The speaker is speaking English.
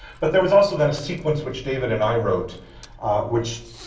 but there was also then a sequence which david and i wrote which